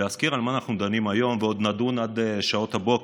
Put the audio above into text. להזכיר על מה אנחנו דנים היום ועוד נדון עד שעות הבוקר.